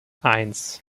eins